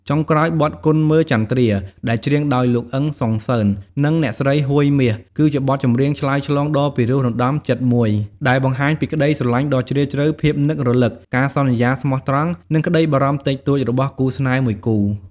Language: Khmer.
ចុងក្រោយ បទ គន់មើលចន្ទ្រា ដែលច្រៀងដោយលោក អ៊ឹម សុងសឺម និងអ្នកស្រី ហួយ មាស គឺជាបទចម្រៀងឆ្លើយឆ្លងដ៏ពីរោះរណ្តំចិត្តមួយ ដែលបង្ហាញពី ក្តីស្រឡាញ់ដ៏ជ្រាលជ្រៅ ភាពនឹករលឹក ការសន្យាស្មោះត្រង់ និងក្តីបារម្ភតិចតួច របស់គូស្នេហ៍មួយគូ។